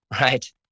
right